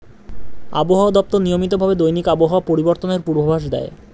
আবহাওয়া দপ্তর নিয়মিত ভাবে দৈনিক আবহাওয়া পরিবর্তনের পূর্বাভাস দেয়